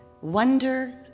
wonder